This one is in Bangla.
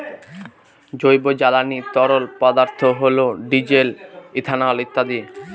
জৈব জ্বালানি তরল পদার্থ হল ডিজেল, ইথানল ইত্যাদি